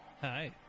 Hi